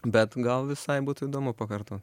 bet gal visai būtų įdomu pakarto